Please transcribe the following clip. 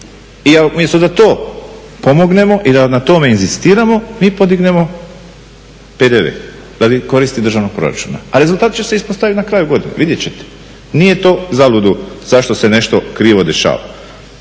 I umjesto da to pomognemo i da na tom inzistiramo mi podignemo PDV, radi koristi državnog proračuna. A rezultat će se ispostaviti na kraju godine, vidjeti ćete nije to uzalud zašto se nešto krivo dešava.